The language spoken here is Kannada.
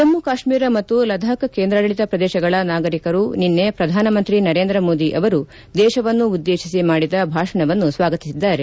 ಜಮ್ಮ ಕಾಶ್ಮೀರ ಮತ್ತು ಲದಾಖ್ ಕೇಂದ್ರಾಡಳಿತ ಪ್ರದೇಶಗಳ ನಾಗರಿಕರು ನಿನ್ನೆ ಪ್ರಧಾನಮಂತ್ರಿ ನರೇಂದ್ರ ಮೋದಿ ಅವರು ದೇಶವನ್ನು ಉದ್ದೇಶಿಸಿ ಮಾಡಿದ ಭಾಷಣವನ್ನು ಸ್ವಾಗತಿಸಿದ್ದಾರೆ